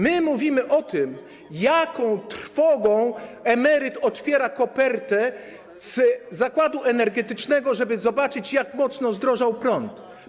My mówimy o tym, z jaką trwogą emeryt otwiera kopertę z zakładu energetycznego, żeby zobaczyć, jak mocno zdrożał prąd.